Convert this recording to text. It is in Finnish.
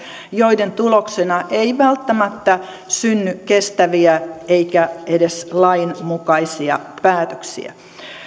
ja joiden tuloksena ei välttämättä synny kestäviä eikä edes lainmukaisia päätöksiä